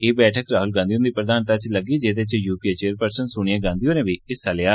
एह् बैठक राहुल गांधी हुंदी प्रधानता च लग्गी जेहदे च यूपीए चेयरपर्सन सोनिया गांधी होरें बी हिस्सा लेया